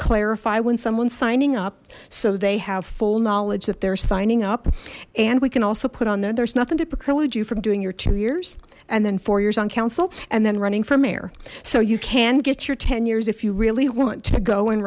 clarify when someone's signing up so they have full knowledge that they're signing up and we can also put on there there's nothing to preclude you from doing your two years and then four years on council and then running for mayor so you can get your ten years if you really want to go and